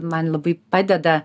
man labai padeda